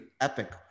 epic